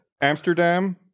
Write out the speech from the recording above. Amsterdam